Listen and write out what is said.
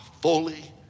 fully